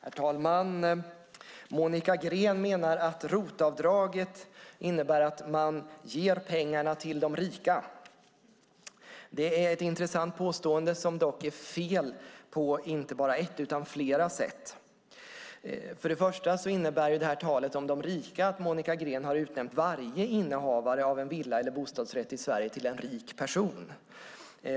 Herr talman! Monica Green menar att ROT-avdraget innebär att man ger pengar till de rika. Det är ett intressant påstående som dock är fel på inte bara ett utan flera sätt. Först och främst innebär talet om de rika att Monica Green har utnämnt varje innehavare av en villa eller bostadsrätt i Sverige till en rik person.